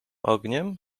ogniem